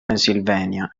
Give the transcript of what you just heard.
pennsylvania